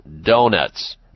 donuts